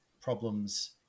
problems